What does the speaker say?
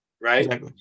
right